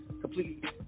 completely